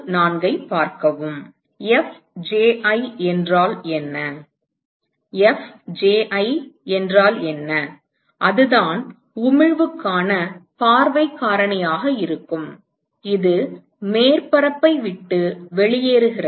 Fji என்றால் என்ன அதுதான் உமிழ்வுக்கான பார்வைக் காரணியாக இருக்கும் இது மேற்பரப்பை விட்டு வெளியேறுகிறது